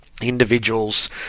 individuals